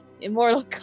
immortal